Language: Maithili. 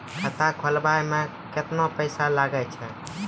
खाता खोलबाबय मे केतना पैसा लगे छै?